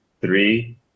three